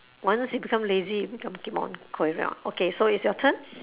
once you become lazy you become Pokemon okay so it's your turn